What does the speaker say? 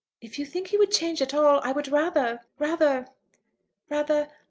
if you think he would change at all, i would rather rather rather.